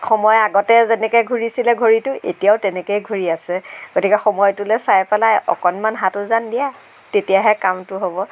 সময় আগতে যেনেকে ঘূৰিছিল ঘড়ীটো এতিয়াও তেনেকেই ঘূৰি আছে গতিকে সময়টোলে চাই পেলাই অকণমান হাত উজান দিয়া তেতিয়াহে কামটো হ'ব